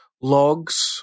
logs